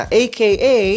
aka